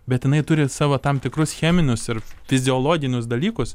bet jinai turi savo tam tikrus cheminius ir fiziologinius dalykus